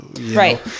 right